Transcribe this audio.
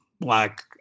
Black